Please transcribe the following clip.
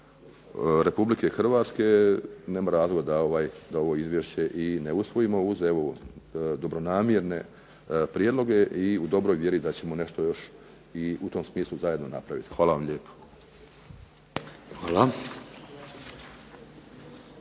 Republike Hrvatske nema razloga da ovo izvješće i ne usvojimo uz evo dobronamjerne prijedloge i u dobroj vjeri da ćemo nešto još i u tom smislu zajedno napraviti. Hvala vam lijepo.